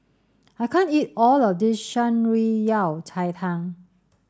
I can't eat all of this Shan Rui Yao Cai Tang